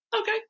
Okay